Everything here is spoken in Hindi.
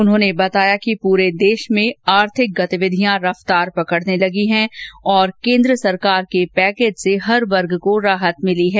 उन्होंने बताया कि पूरे देश में आर्थिक गतिविधियां रफ़्तार पकड़ने लगी हैं और केन्द्र सरकार के पैकेज से हर वर्ग को राहत भिली है